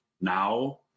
now